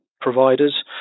providers